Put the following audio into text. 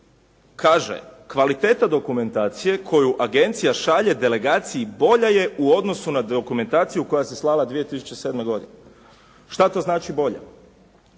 kaže: “Kvaliteta dokumentacije koju agencija šalje delegaciji bolja je u odnosu na dokumentaciju koja se slala 2007. godine. Što to znači bolja?